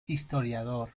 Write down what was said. historiador